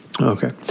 Okay